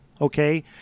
okay